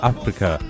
Africa